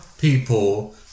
people